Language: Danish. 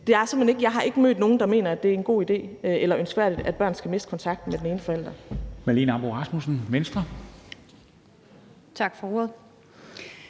Jeg har ikke mødt nogen, der mener, at det er en god idé eller ønskværdigt, at børn skal miste kontakten til den ene forælder.